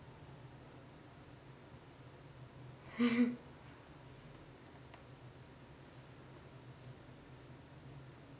mm mm